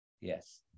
Yes